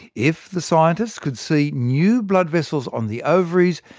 if the scientists could see new blood vessels on the ovaries,